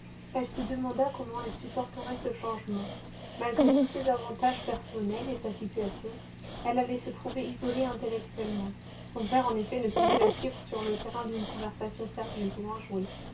elle se demanda comment elle supporterait ce changement malgré tous ses avantages personnels et sa situation elle allait se trouver isolée intellectuellement son père en effet ne pouvait la suivre sur le terrain d'une conversation sérieuse ou enjouée